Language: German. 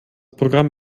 programm